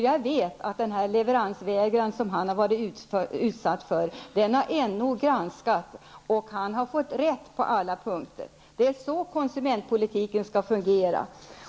Jag vet att NO har granskat den leveransvägran han var utsatt för, och han har fått rätt på alla punkter. Det är så komsumentpolitiken skall fungera.